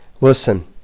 Listen